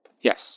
Yes